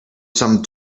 some